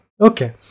okay